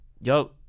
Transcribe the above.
Yo